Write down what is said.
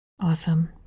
Awesome